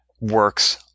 works